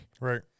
Right